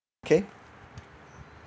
K